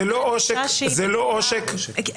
זו השאיפה זה לא עושק בכלל.